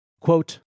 Quote